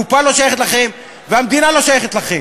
הקופה לא שייכת לכם והמדינה לא שייכת לכם.